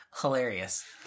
Hilarious